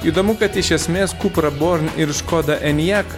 įdomu kad iš esmės kupra born ir škoda enijak